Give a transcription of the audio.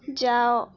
ଯାଅ